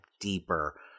deeper